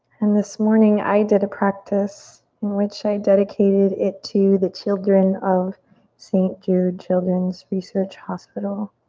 and this morning i did a practice in which i dedicated it to the children of st. jude children's research hospital.